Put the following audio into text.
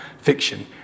fiction